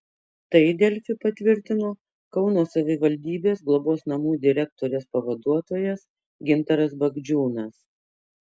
tai delfi patvirtino kauno savivaldybės globos namų direktorės pavaduotojas gintaras bagdžiūnas